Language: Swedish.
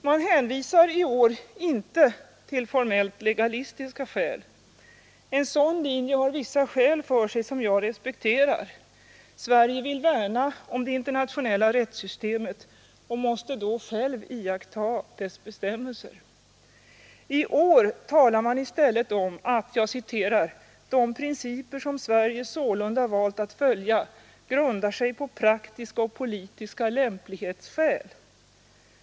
Man hänvisar inte i år till formellt legalistiska skäl. En sådan linje har vissa skäl för sig som jag respekterar — Sverige vill värna om det internationella rättssystemet och måste då självt iaktta dess bestämmelser. I år talar man i stället om att ”de principer som Sverige sålunda valt att följa grundar sig på praktiska och politiska lämplighetsskäl”.